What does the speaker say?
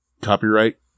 copyright